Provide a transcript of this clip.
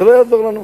זה לא יעזור לנו,